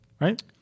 right